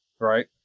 right